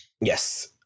Yes